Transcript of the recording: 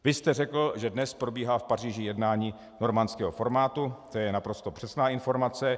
Vy jste řekl, že dnes probíhá v Paříži jednání normandského formátu, to je naprosto přesná informace.